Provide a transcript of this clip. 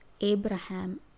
Abraham